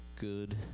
Good